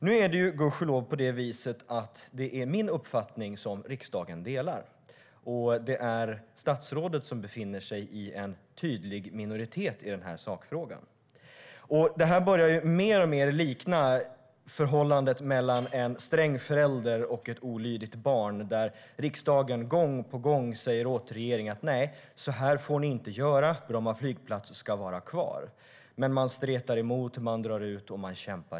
Nu är det gudskelov min uppfattning som riksdagen delar och statsrådet befinner sig i tydlig minoritet vad gäller sakfrågan. Det här börjar mer och mer likna förhållandet mellan en sträng förälder och ett olydigt barn där riksdagen gång på gång säger åt regeringen att nej, så här får ni inte göra, Bromma flygplats ska vara kvar. Men regeringen stretar emot och drar ut på det hela.